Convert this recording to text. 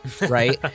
right